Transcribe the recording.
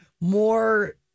more